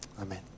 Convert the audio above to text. Amen